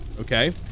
okay